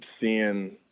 seeing